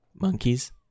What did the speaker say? monkeys